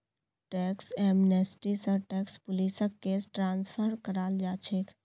tax amnesty स tax पुलिसक case transfer कराल जा छेक